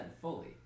fully